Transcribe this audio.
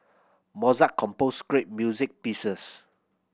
Mozart composed great music pieces